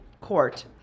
court